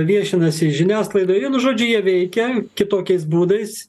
viešinasi žiniasklaidoje vienu žodžiu jie veikia kitokiais būdais